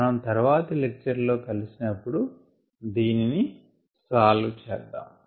మనం తర్వాతి లెక్చర్ లో కలిసినపుడు దీనిని సాల్వ్ చేద్దాం